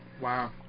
Wow